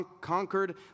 conquered